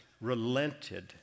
relented